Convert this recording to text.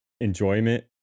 enjoyment